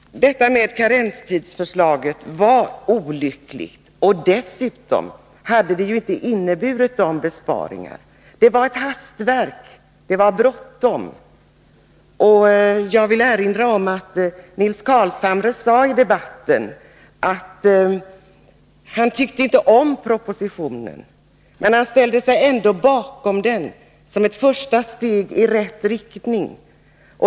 Karenstidsförslaget var olyckligt. Dessutom hade det ju inte inneburit de besparingar som det syftade till. Det var ett hastverk; man hade bråttom. Jag vill erinra om att Nils Carlshamre i debatten sade att han inte tyckte om propositionen. Men han ställde sig ändå bakom den som ett första steg i rätt riktning.